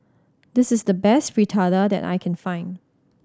this is the best Fritada that I can find